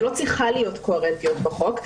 ולא צריכה להיות קוהרנטיות בחוק,